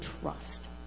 trust